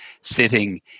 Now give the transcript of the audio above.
sitting